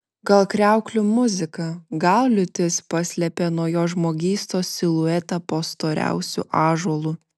gal kriauklių muzika gal liūtis paslėpė nuo jo žmogystos siluetą po storiausiu ąžuolu